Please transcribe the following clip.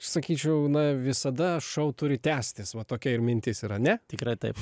sakyčiau na visada šou turi tęstis va tokia mintis irane tikra taip